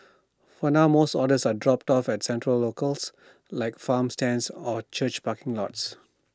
for now most orders are dropped off at central locales like farm stands or church parking lots